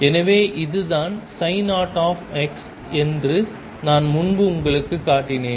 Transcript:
எனவே இதுதான் 0 என்று நான் முன்பு உங்களுக்குக் காட்டினேன்